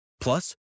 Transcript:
Plus